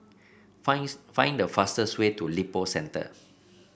finds find the fastest way to Lippo Centre